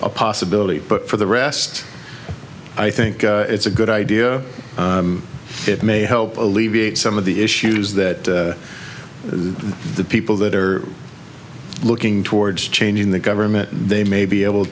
a possibility but for the rest i think it's a good idea it may help alleviate some of the issues that the people that are looking towards changing the government they may be able